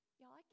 Y'all